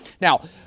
Now